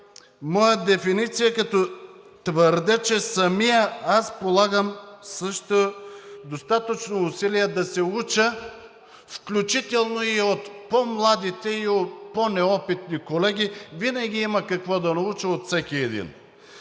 моя дефиниция, като твърдя, че самият аз полагам също достатъчно усилия да се уча, включително и от по-младите, и от по-неопитни колеги – винаги има какво да науча от всеки един.